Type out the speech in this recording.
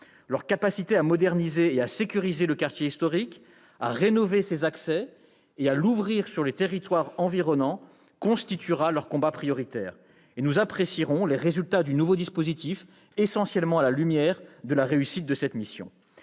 Leur capacité à moderniser et à sécuriser le quartier historique, à rénover ses accès et à l'ouvrir sur les territoires environnants constituera leur combat prioritaire. Nous apprécierons les résultats du nouveau dispositif essentiellement à la lumière de la réussite de cette mission,